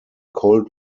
cold